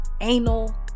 anal